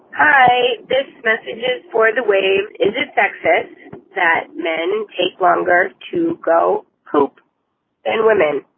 hi. this message is for the wave. is it sexist that men take longer to go hope than women?